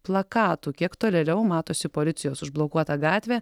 plakatų kiek tolėliau matosi policijos užblokuota gatvė